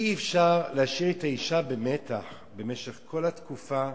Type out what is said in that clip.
אי-אפשר להשאיר את האשה במתח במשך כל התקופה,